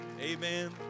Amen